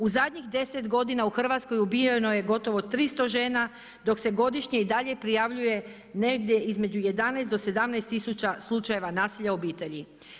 U zadnjih 10 godina u Hrvatskoj ubijeno je gotovo 300 žena dok se godišnje i dalje prijavljuje negdje između 11 do 17000 slučajeva nasilja u obitelji.